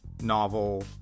novel